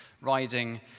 riding